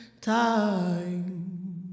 time